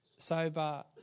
Sober